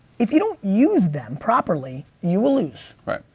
if you don't use them properly, you will lose. right.